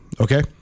Okay